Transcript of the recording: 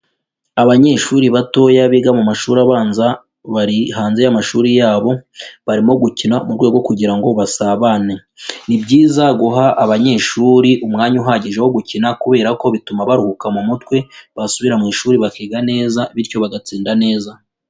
Abanyeshuri batoya biga mu mashuri abanza bari hanze y'amashuri yabo barimo gukina mu rwego kugira ngo basabane, ni byiza guha abanyeshuri umwanya uhagije wo gukina kubera ko bituma baruhuka mu mutwe basubira mu ishuri bakiga neza bityo bagatsinda neza.